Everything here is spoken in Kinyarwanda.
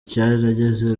cyarageze